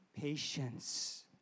Patience